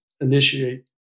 initiate